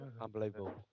Unbelievable